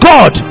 God